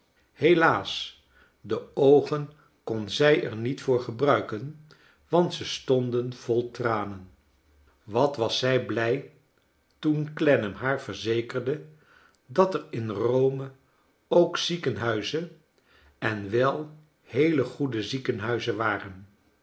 helaas de oogen kon zij er niet voor gebruiken want ze stonden vol tranen wat was zij blij toen clennam haar verzekerde dat er in rome ook ziekenhuizen en wel heele goede ziekenhuizen waren